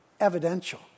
evidential